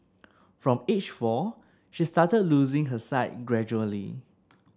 from age four she started losing her sight gradually